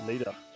Later